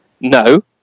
No